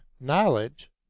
knowledge